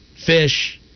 fish